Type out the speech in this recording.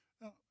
Now